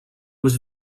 was